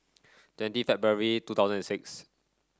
twenty February two thousand and six